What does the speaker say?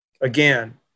Again